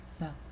no